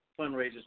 fundraisers